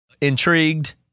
intrigued